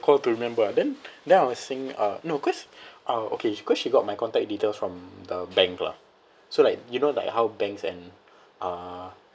call to remember ah then then I was saying uh no cause uh okay because she got my contact details from the bank lah so like you know like how banks and uh